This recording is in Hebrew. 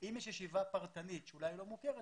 אם יש ישיבה פרטנית שאולי היא לא מוכרת,